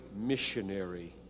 missionary